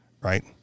right